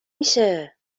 میشه